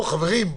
חברים,